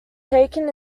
taken